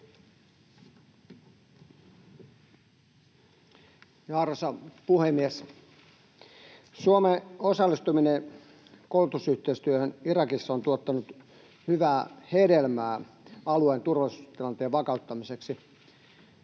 Arvoisa puhemies! Suomen osallistuminen koulutusyhteistyöhön Irakissa on tuottanut hyvää hedelmää alueen turvallisuustilanteen vakauttamiseksi.